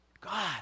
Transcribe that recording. God